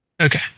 okay